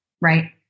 Right